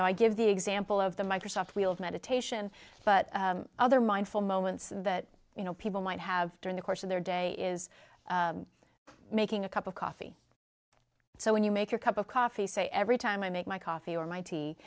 know i give the example of the microsoft wheeled meditation but other mindful moments that you know people might have during the course of their day is making a cup of coffee so when you make your cup of coffee say every time i make my coffee